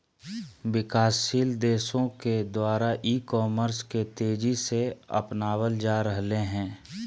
विकासशील देशों के द्वारा ई कॉमर्स के तेज़ी से अपनावल जा रहले हें